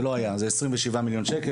של 27 מיליון ₪,